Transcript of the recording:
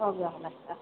हो गया लगता है